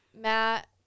Matt